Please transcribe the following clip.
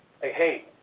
hey